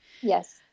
Yes